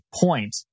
point